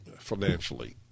Financially